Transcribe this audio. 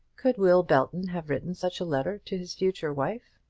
could will belton have written such a letter to his future wife?